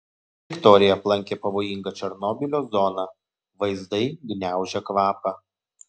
viktorija aplankė pavojingą černobylio zoną vaizdai gniaužia kvapą